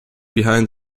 behind